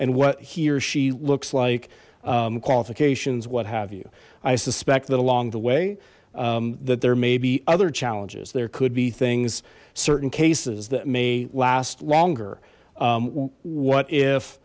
and what he or she looks like qualifications what have you i suspect that along the way that there may be other challenges there could be things certain cases that may last longer what if